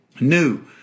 new